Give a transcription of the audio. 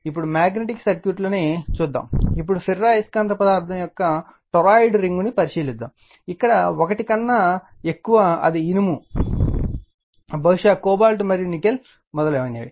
ఇప్పుడు మాగ్నెటిక్ సర్క్యూట్లని చూద్దాము ఇప్పుడు ఫెర్రో అయస్కాంత పదార్థం యొక్క టొరాయిడ్ రింగ్ను పరిశీలిద్దాం ఇక్కడ 1 కన్నా ఎక్కువ అది ఇనుము బహుశా కోబాల్ట్ మరియు నికెల్ మొదలైనవి